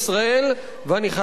ואני חייב לומר לכם,